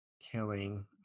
killing